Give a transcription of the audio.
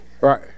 right